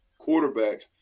quarterbacks